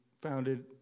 founded